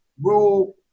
rule